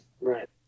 right